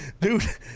Dude